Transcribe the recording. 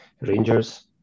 Rangers